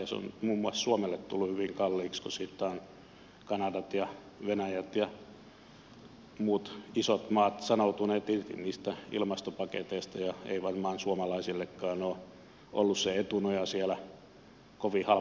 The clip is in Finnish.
se on nyt muun muassa suomelle tullut hyvin kalliiksi kun kanadat ja venäjät ja muut isot maat ovat sanoutuneet irti niistä ilmastopaketeista ja ei varmaan suomalaisillekaan ole ollut se etunoja siellä kovin halpaa lystiä